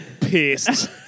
pissed